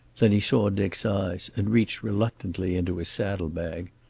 then he saw dick's eyes, and reached reluctantly into his saddle bag.